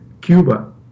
Cuba